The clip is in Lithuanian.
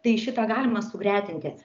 tai šitą galima sugretinti